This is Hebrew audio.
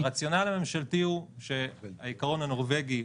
הרציונל הממשלתי הוא שהעיקרון הנורבגי,